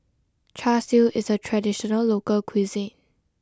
Char Siu is a traditional local cuisine